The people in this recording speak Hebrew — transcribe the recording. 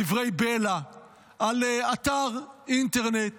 דברי בלע על אתר אינטרנט